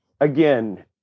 again